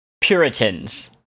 Puritans